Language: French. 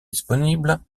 disponible